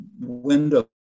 window